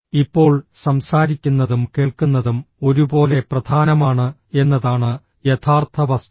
ഇപ്പോൾ സംസാരിക്കുന്നതും കേൾക്കുന്നതും ഒരുപോലെ പ്രധാനമാണ് എന്നതാണ് യഥാർത്ഥ വസ്തുത